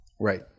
right